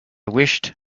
wished